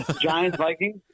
Giants-Vikings